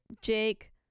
Jake